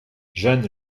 jeanne